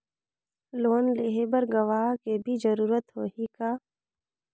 Loan लेहे बर गवाह के भी जरूरत होही का?